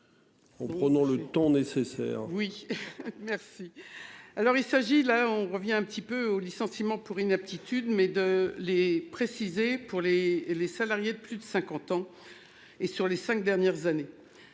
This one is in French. En prenant le temps nécessaire. Oui merci. Alors il s'agit, là, on revient un petit peu au licenciement pour inaptitude mais de les préciser pour les les salariés de plus de 50 ans. Et sur les 5 dernières années.